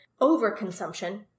overconsumption